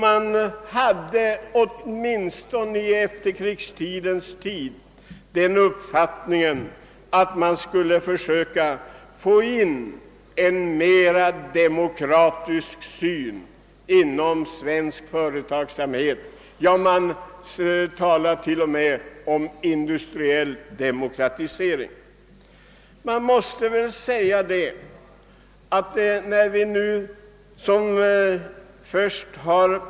Man hade åtminstone under efterkrigstiden den uppfattningen att man skulle försöka åstadkomma att svensk företagsamhet präglades av ett mera demokratiskt synsätt. Man talade t.o.m. om industriell demokratisering.